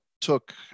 took